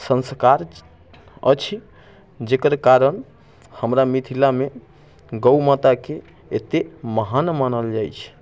सन्स्कार अछि जेकर कारण हमरा मिथिलामे गौ माताके एते महान मानल जाइ छै